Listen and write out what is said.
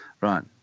Right